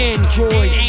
Android